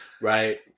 right